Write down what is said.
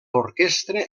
orquestra